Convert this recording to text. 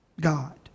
God